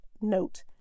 note